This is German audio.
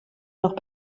noch